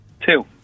Two